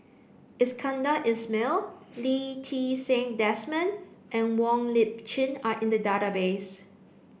Iskandar Ismail Lee Ti Seng Desmond and Wong Lip Chin are in the database